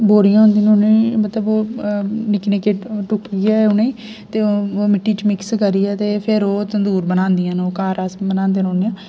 बोरियां मतलब ओह् निक्के निक्के टूकियै उनेेंगी ते मिट्टी च मिक्स करियै ते फेर ओह् तंदूर बनंदियां ओह् घर अस बनांदे रौह्ने